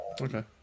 Okay